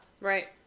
Right